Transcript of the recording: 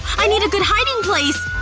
i need a good hiding place!